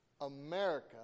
America